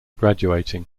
graduating